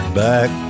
back